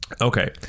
Okay